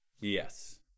Yes